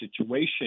situation